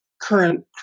current